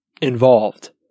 involved